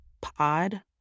Pod